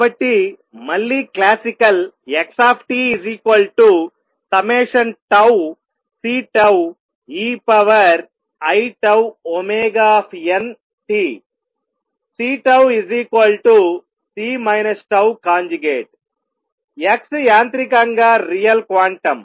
కాబట్టి మళ్లీ classical xtCeiτωt C C τ x యాంత్రికంగా రియల్ క్వాంటం